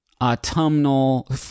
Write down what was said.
autumnal